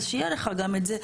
אז שיהיה לך גם את זה.